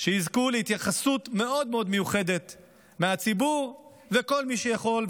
שיזכו להתייחסות מאוד מאוד מיוחדת מהציבור ומכל מי שיכול,